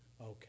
okay